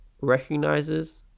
recognizes